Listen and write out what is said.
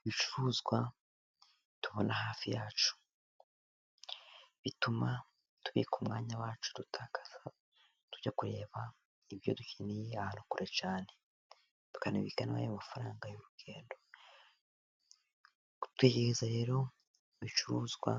Ibicuruzwa tubona hafi yacu, bituma tubika amwanya wacu dutakaza tujya kureba ibyo dukeneye ahantu kure cyane, tukanabika n'ayo mafaranga y'urugendo, twizeye rero ibicuruzwa